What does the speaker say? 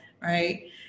right